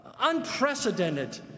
unprecedented